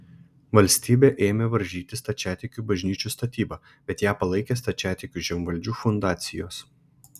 valstybė ėmė varžyti stačiatikių bažnyčių statybą bet ją palaikė stačiatikių žemvaldžių fundacijos